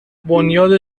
بنیاد